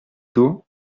tour